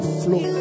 flow